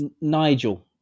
Nigel